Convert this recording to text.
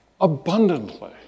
abundantly